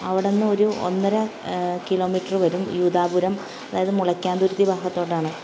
അവിടെന്നൊരു ഒന്നര കിലൊമീറ്ററ് വരും യുദാപുരം അതായത് മൊളയ്ക്കാന്തുരിത്തി ഭാഗത്തോട്ടാണ്